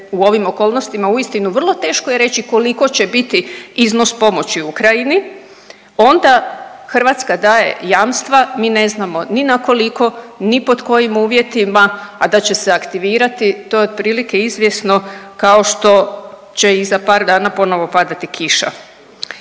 u ovim okolnostima uistinu vrlo teško je reći koliko će biti iznos pomoći Ukrajini, onda Hrvatska daje jamstva, mi ne znamo ni na koliko, ni pod kojim uvjetima, a da će se aktivirati to je otprilike izvjesno kao što će i za par dana ponovo padati kiša.